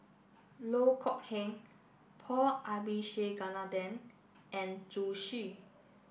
Loh Kok Heng Paul Abisheganaden and Zhu Xu